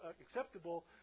acceptable